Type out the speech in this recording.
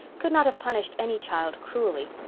could not have punished any child cruelly.